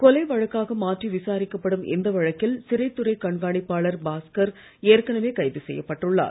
கொலை வழக்காக மாற்றி விசாரிக்கப்படும் இந்த வழக்கில் சிறைத் துறைக் கண்காணிப்பாளர் பாஸ்கர் ஏற்கனவே கைது செய்யப்பட்டுள்ளார்